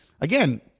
Again